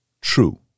true